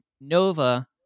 Nova